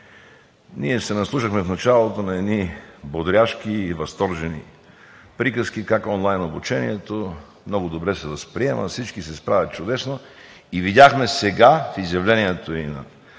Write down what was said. Ние се наслушахме в началото на едни бодряшки и възторжени приказки как онлайн обучението много добре се възприема, всички се справят чудесно, и видяхме сега в изявлението и